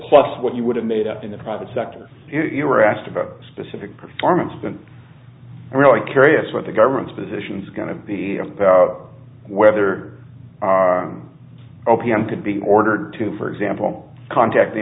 plus what you would have made up in the private sector and you were asked about specific performance i'm really curious what the government's position is going to be about whether o p m could be ordered to for example contact the